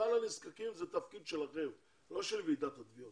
כלל הנזקקים, זה תפקיד שלכם ולא של ועידת התביעות.